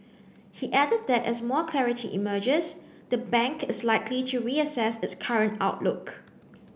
he added that as more clarity emerges the bank is likely to reassess its current outlook